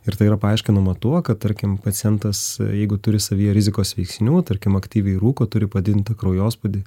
ir tai yra paaiškinama tuo kad tarkim pacientas jeigu turi savyje rizikos veiksnių tarkim aktyviai rūko turi padidintą kraujospūdį